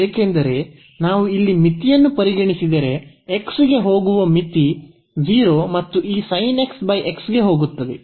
ಏಕೆಂದರೆ ನಾವು ಇಲ್ಲಿ ಮಿತಿಯನ್ನು ಪರಿಗಣಿಸಿದರೆ x ಗೆ ಹೋಗುವ ಮಿತಿ 0 ಮತ್ತು ಈ sin x x ಗೆ ಹೋಗುತ್ತದೆ